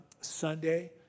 Sunday